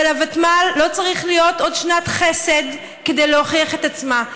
ולוותמ"ל לא צריכה להיות עוד שנת חסד כדי להוכיח את עצמה.